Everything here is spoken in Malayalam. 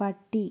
പട്ടി